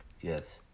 Yes